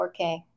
4k